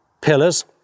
pillars